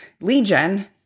Legion